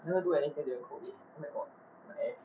did you will do anything during COVID oh my god my ass